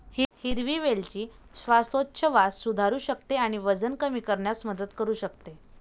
हिरवी वेलची श्वासोच्छवास सुधारू शकते आणि वजन कमी करण्यास मदत करू शकते